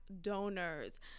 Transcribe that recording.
donors